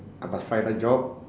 I must find a job